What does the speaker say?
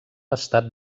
estat